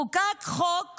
חוקק חוק